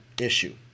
issue